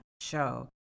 show